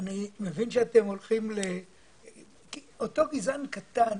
אותו גזען קטן,